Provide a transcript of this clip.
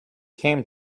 came